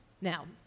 Now